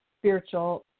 Spiritual